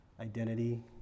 identity